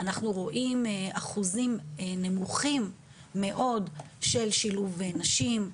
רואים אחוזים נמוכים מאוד של שילוב נשים,